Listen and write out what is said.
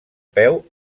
peu